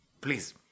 please